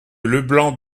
leblanc